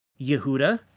Yehuda